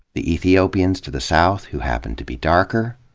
the ethiopians to the south, who happened to be darker?